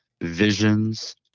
visions